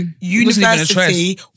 university